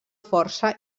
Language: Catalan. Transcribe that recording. força